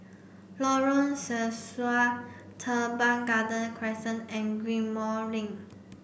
Lorong Sesuai Teban Garden Crescent and Ghim Moh Link